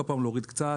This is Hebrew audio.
כל פעם להוריד קצת,